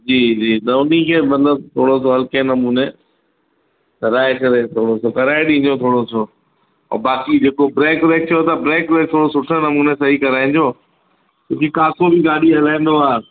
जी जी त उन खे मतिलबु थोरो सो हलिके नमूने कराए करे थोरो सो कराए ॾिजो थोरो सो ऐं बाकी जेको ब्रेक व्रेक थियो त ब्रेक व्रेक थोरो सुठे नमूने सही कराइजो जी काको बि गाॾी हलाईंदो आहे